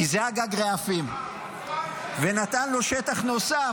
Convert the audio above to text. כי זה היה גג רעפים, ונתן לו שטח נוסף.